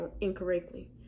incorrectly